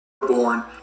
born